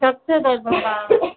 कब से दर्द हो रहा